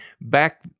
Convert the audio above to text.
back